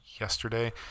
yesterday